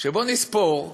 בוא נספור יחד,